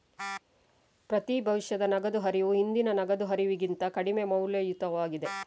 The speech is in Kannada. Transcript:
ಪ್ರತಿ ಭವಿಷ್ಯದ ನಗದು ಹರಿವು ಹಿಂದಿನ ನಗದು ಹರಿವಿಗಿಂತ ಕಡಿಮೆ ಮೌಲ್ಯಯುತವಾಗಿದೆ